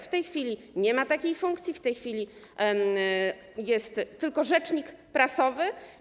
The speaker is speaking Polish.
W tej chwili nie ma takiej funkcji, w tej chwili jest tylko rzecznik prasowy.